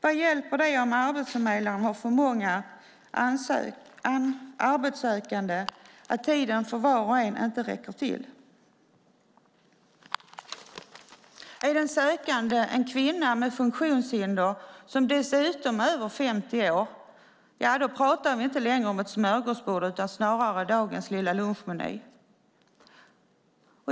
Vad hjälper det om arbetsförmedlaren har så många arbetssökande att tiden för var och en inte räcker till? Är den sökande en kvinna med funktionshinder som dessutom är över 50 år pratar vi inte längre om något smörgåsbord utan snarare om dagens lilla lunchmeny.